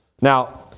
Now